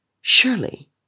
surely